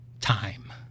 Time